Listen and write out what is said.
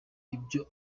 ibyo